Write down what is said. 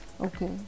okay